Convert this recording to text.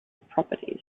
properties